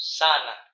sana